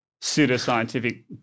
pseudoscientific